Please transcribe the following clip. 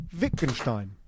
Wittgenstein